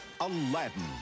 Aladdin